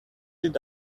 did